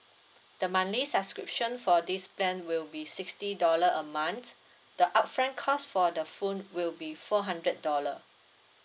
the monthly subscription for this plan will be sixty dollar a month the upfront cost for the phone will be four hundred dollar